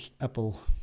apple